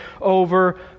over